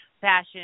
fashion